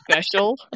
special